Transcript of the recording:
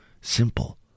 Simple